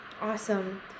Awesome